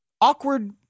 Awkward